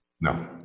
no